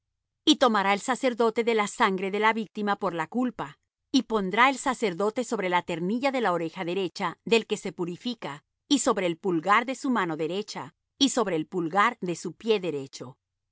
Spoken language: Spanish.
y tomará el sacerdote de la sangre de la víctima por la culpa y pondrá el sacerdote sobre la ternilla de la oreja derecha del que se purifica y sobre el pulgar de su mano derecha y sobre el pulgar de su pie derecho